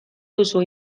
duzu